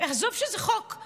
את רוצה להגיב בהודעה אישית?